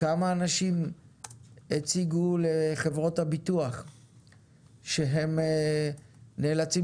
כמה אנשים הציגו לחברות הביטוח שהם נאלצים